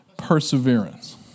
perseverance